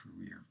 career